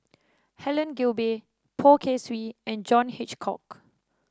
Helen Gilbey Poh Kay Swee and John Hitchcock